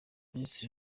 minisitiri